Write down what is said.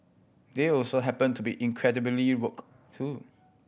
they also happen to be incredibly woke too